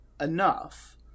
enough